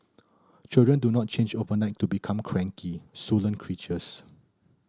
children do not change overnight to become cranky sullen creatures